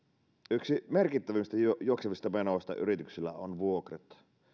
yksi merkittävimmistä juoksevista menoista yrityksillä ovat vuokrat